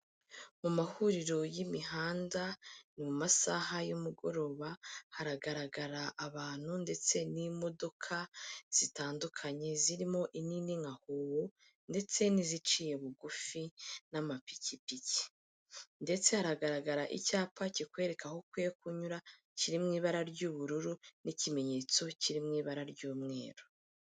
Mu mahuriro y'imihanda, ni mu masaha y'umugoroba, haragaragara abantu ndetse n'imodoka zitandukanye zirimo inini nka hoho ndetse n'iziciye bugufi n'amapikipiki, ndetse hagaragara icyapa kikwereka aho ukwiye kunyura, kiri mu ibara ry'ubururu n'ikimenyetso kiri mu ibara ry'umweru.